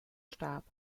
stab